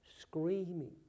screaming